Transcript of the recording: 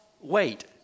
wait